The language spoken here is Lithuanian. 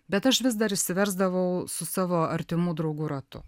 bet aš vis dar išsiversdavau su savo artimų draugų ratu